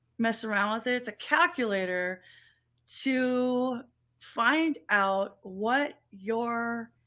mess around with it. it's a calculator to find out what your.